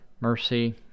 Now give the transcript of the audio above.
mercy